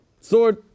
Sword